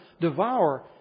devour